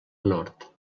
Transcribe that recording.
nord